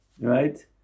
Right